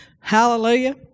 Hallelujah